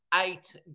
eight